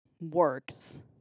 works